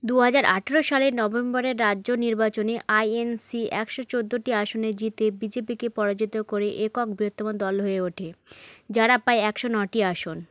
দু হাজার আঠেরো সালের নভেম্বরের রাজ্য নির্বাচনে আইএনসি একশো চোদ্দোটি আসনে জিতে বি জে পিকে পরাজিত করে একক বৃহত্তম দল হয়ে ওঠে যারা পায় একশো নটি আসন